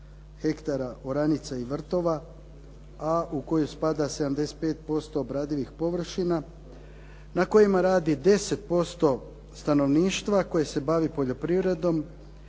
hektara oranica i vrtova, a u koju spada 75% obradivih površina na kojima radi 10% stanovništva koje se bavi poljoprivredom